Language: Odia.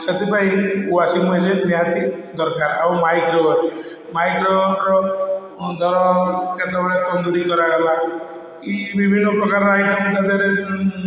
ସେଥିପାଇଁ ୱାସିଂମେସିନ ନିହାତି ଦରକାର ଆଉ ମାଇକ୍ରୋ ଓଭାନ ମାଇକ୍ରୋ ଧର କେତେବେଳେ ତନ୍ଦୁରୀ କରାଗଲା କି ବିଭିନ୍ନ ପ୍ରକାରର ଆଇଟମ ତାଧିଅରେ